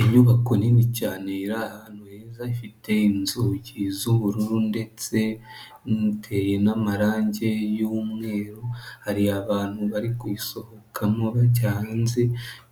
Inyubako nini cyane iri ahantu heza ifite inzugi z'ubururu ndetse iteye n'amarange y'umweru, hari abantu bari kuyisohokamo bajya hanze,